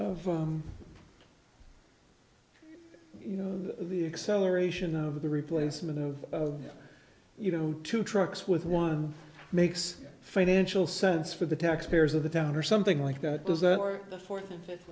of you know the acceleration of the replacement of you know two trucks with one makes financial sense for the taxpayers of the town or something like that those are the fourth and fifth